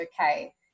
okay